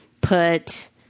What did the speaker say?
put